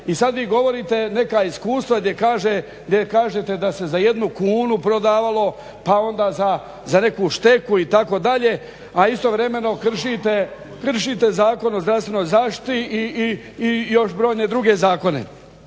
I sad vi govorite neka iskustva gdje kažete da se za 1 kunu prodavalo pa onda za neku šteku itd., a istovremeno kršite zakon o zdravstvenoj zaštiti i još brojne druge zakone.